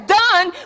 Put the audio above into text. done